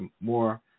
more